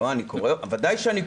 לא, ודאי שאני קורא אותה.